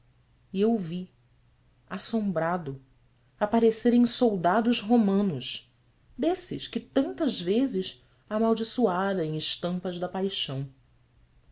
eu vi assombrado aparecerem soldados romanos desses que tantas vezes amaldiçoara em estampas da paixão